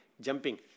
jumping